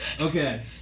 Okay